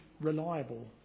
reliable